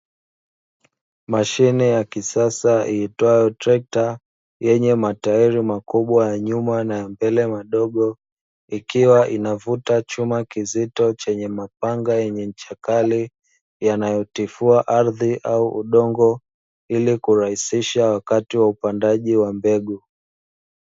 Mashine ya kisasa iitwayo trekta, yenye matairi makubwa ya nyuma na ya mbele madogo, ikiwa inavuta chuma kizito chenye mapanga yenye ncha kali yanayotifua ardhi au udongo ili kurahisisha wakati wa upandaji wa mbegu.